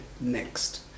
next